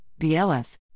BLS